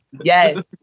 Yes